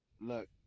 look